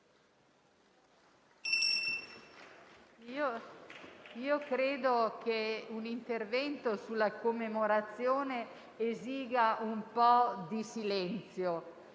Credo che un intervento sulla commemorazione esiga un po' di silenzio.